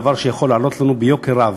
דבר שיכול לעלות לנו ביוקר רב,